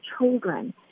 children